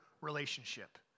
relationship